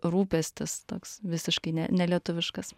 rūpestis toks visiškai ne nelietuviškas